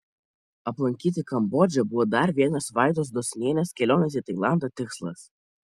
aplankyti kambodžą buvo dar vienas vaidos dosinienės kelionės į tailandą tikslas